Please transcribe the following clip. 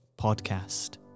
Podcast